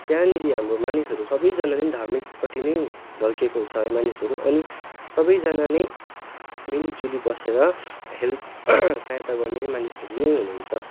त्यहाँनिर हाम्रो मानिसहरू सबैजनाले धार्मिकपट्टि नै ढल्केको छ है मानिसहरू अनि सबैजना नै मिलिजुली बसेर हेल्प सहायता गर्ने मानिसहरू नै हुनुहुन्छ